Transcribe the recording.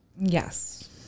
yes